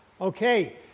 okay